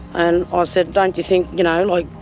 and i said don't you think, you know, like